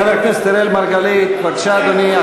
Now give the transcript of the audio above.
חבר הכנסת אראל מרגלית, בבקשה, אדוני.